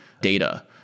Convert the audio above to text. data